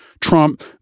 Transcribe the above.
Trump